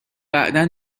بعدا